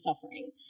suffering